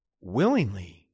Willingly